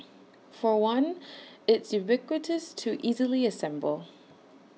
for one it's ubiquitous to easily assemble